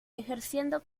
ejerciendo